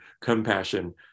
compassion